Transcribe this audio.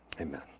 amen